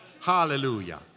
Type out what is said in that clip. Hallelujah